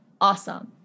Awesome